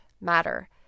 matter